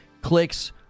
Clicks